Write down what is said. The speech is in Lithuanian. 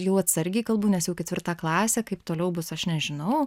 jau atsargiai kalbu nes jau ketvirta klasė kaip toliau bus aš nežinau